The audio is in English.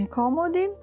comodi